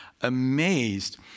amazed